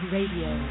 Radio